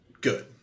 good